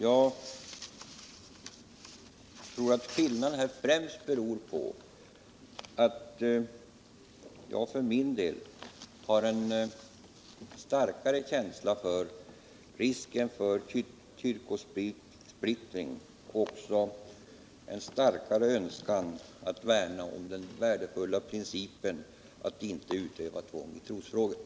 Jag tror att skillnaden här främst beror på att jag för min del har en starkare känsla för risken för kyrkospliuring och också en sturkare önskan att värna om den värdefulla principen att inte utöva tvång i trosfrågor.